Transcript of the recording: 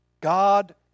God